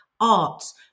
arts